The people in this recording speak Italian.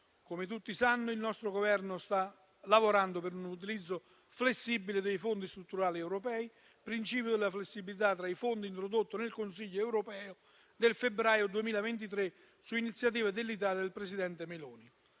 Come tutti sanno, il nostro Governo sta lavorando per un utilizzo flessibile dei fondi strutturali europei, secondo il principio della flessibilità tra i fondi introdotto nel Consiglio europeo del febbraio 2023 su iniziativa dell'Italia e del presidente Meloni.